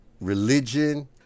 Religion